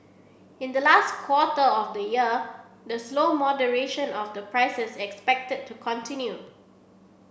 in the last quarter of the year the slow moderation of the prices is expected to continue